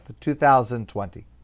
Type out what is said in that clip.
2020